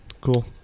Cool